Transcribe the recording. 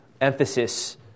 emphasis